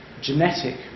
genetic